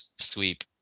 sweep